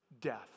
death